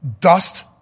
dust